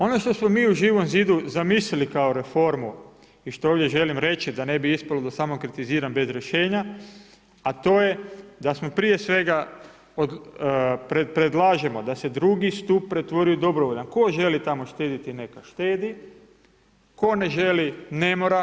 Ono što smo mi u Živom zidu zamislili kao reformu i što ovdje želim reći, da ne bi ispalo da samo kritiziram bez rješenja, a to je da smo prije svega, predlažemo, da se drugi stup pretvori u dobrovoljan, tko želi tamo štediti, neka štedi, tko ne želi ne mora.